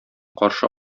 каршы